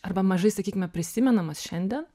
arba mažai sakykime prisimenamas šiandien